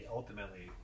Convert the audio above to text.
ultimately